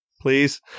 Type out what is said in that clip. please